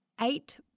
eight